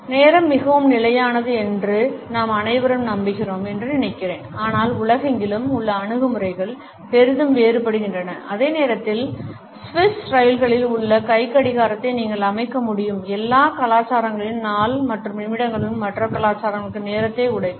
நேரம் மிகவும் நிலையானது என்று நாம் அனைவரும் நம்புகிறோம் என்று நினைக்கிறேன் ஆனால் உலகெங்கிலும் உள்ள அணுகுமுறைகள் பெரிதும் வேறுபடுகின்றன அதே நேரத்தில் சுவிஸ் ரயில்களில் உங்கள் கைக்கடிகாரத்தை நீங்கள் அமைக்க முடியும் எல்லா கலாச்சாரங்களும் நாள் மற்றும் நிமிடங்களுக்கு மற்ற கலாச்சாரங்களுக்கு நேரத்தை உடைக்காது